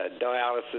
dialysis